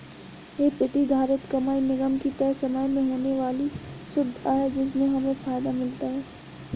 ये प्रतिधारित कमाई निगम की तय समय में होने वाली शुद्ध आय है जिससे हमें फायदा मिलता है